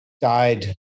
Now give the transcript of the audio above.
died